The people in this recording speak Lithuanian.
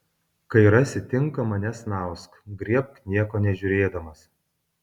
kai rasi tinkamą nesnausk griebk nieko nežiūrėdamas